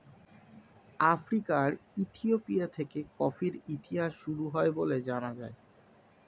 আফ্রিকার ইথিওপিয়া থেকে কফির ইতিহাস শুরু হয় বলে জানা যায়